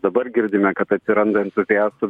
dabar girdime kad atsiranda entuziastų